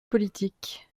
politique